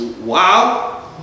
wow